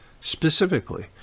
Specifically